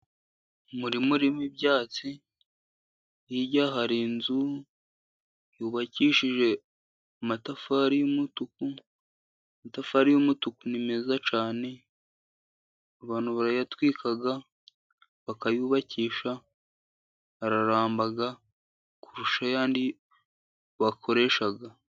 Umurima urimo ibyatsi. Hirya hari inzu yubakishije amatafari y'umutuku. Amatafari y'umutuku ni meza cyane, barayatwika, bakayubakisha, araramba kurusha ayandi bakoresha.